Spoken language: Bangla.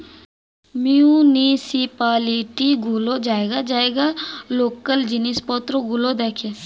মিউনিসিপালিটি গুলো জায়গায় জায়গায় লোকাল জিনিসপত্র গুলো দেখে